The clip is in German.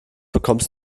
bekommst